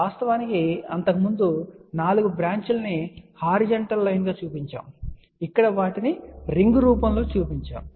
వాస్తవానికి అంతకుముందు ఆ నాలుగు బ్రాంచీలను హారిజంటల్ లైన్ గా చూపించాం ఇక్కడ వాటిని రింగ్ రూపంలో చూపించాను